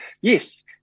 Yes